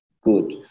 good